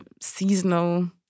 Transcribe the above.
seasonal